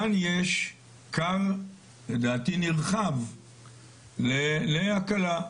כאן יש כר, לדעתי נרחב, להקלה.